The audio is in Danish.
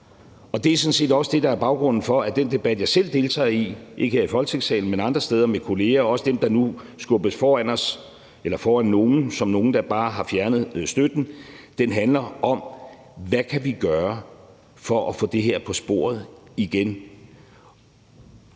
Det er sådan set også det, der er baggrunden for, at den debat, jeg selv deltager i – ikke her i Folketingssalen, men andre steder – med kolleger, også dem, der nu skubbes foran som nogle, der bare har fjernet støtten, handler om, hvad vi kan gøre for at få det her på sporet igen.